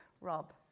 Rob